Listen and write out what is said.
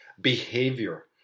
behavior